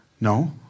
no